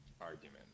argument